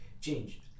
change